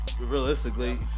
Realistically